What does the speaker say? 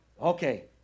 Okay